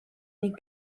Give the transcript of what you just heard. ning